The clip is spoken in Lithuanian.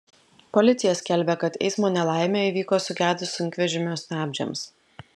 policija skelbia kad eismo nelaimė įvyko sugedus sunkvežimio stabdžiams